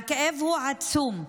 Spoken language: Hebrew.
הכאב הוא עצום,